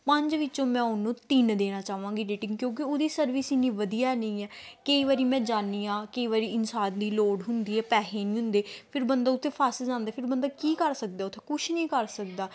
ਪੰਜ ਵਿੱਚੋਂ ਮੈਂ ਉਹਨੂੰ ਤਿੰਨ ਦੇਣਾ ਚਾਹਾਂਗੀ ਰੇਟਿੰਗ ਕਿਉਂਕਿ ਉਹਦੀ ਸਰਵਿਸ ਇੰਨੀ ਵਧੀਆ ਨਹੀਂ ਹੈ ਕਈ ਵਾਰੀ ਮੈਂ ਜਾਂਦੀ ਹਾਂ ਕਈ ਵਾਰੀ ਇਨਸਾਨ ਦੀ ਲੋੜ ਹੁੰਦੀ ਹੈ ਪੈਸੇ ਨਹੀਂ ਹੁੰਦੇ ਫਿਰ ਬੰਦਾ ਉੱਥੇ ਫਸ ਜਾਂਦੇ ਫਿਰ ਬੰਦਾ ਕੀ ਕਰ ਸਕਦਾ ਉੱਥੇ ਕੁਛ ਨਹੀਂ ਕਰ ਸਕਦਾ